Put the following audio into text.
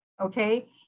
okay